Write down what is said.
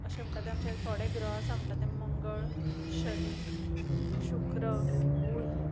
अशे म्हणटात ते आमचे थोडे ग्रह आसा म्हणटा ते मंगल शनी शुक्र बुध